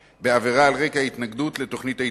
בעבירה על רקע התנגדות לתוכנית ההתנתקות.